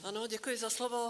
Ano, děkuji za slovo.